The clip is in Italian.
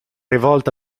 rivolta